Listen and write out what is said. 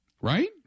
Right